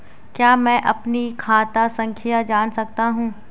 क्या मैं अपनी खाता संख्या जान सकता हूँ?